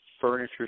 furniture